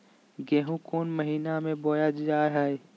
गेहूँ कौन महीना में बोया जा हाय?